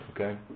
okay